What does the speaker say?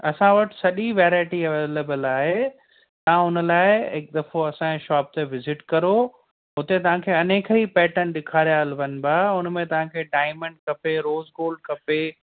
असां वटि सॼी वैराएटी अवेलेबल आहे तव्हां उन लाइ हिक दफ़ो असांजे शॉप ते विज़िट करो उते तव्हांखे अनेक ई ॾेखारिया वञिबा उनमें तव्हांखे डाईमंड खपे रोज़ गोल्ड खपे